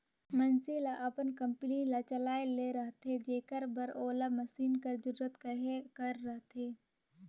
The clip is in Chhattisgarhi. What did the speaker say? मइनसे ल अपन कंपनी ल चलाए ले रहथे जेकर बर ओला मसीन कर जरूरत कहे कर रहथे